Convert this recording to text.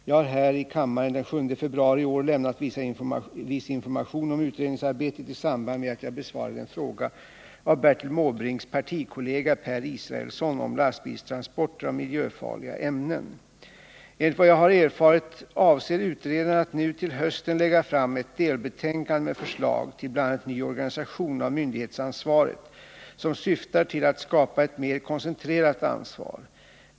Jag har här i kammaren den 7 februari i år lämnat viss information om utredningsarbetet i samband med att jag besvarade en fråga av Bertil Måbrinks partikollega Per Israelsson om lastbilstransporter av miljöfarliga ämnen. Enligt vad jag har erfarit avser utredaren att nu till hösten lägga fram ett delbetänkande med förslag till bl.a. ny organisation av myndighetsansvaret, som syftar till att skapa ett mer koncentrerat ansvar.